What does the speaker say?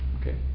okay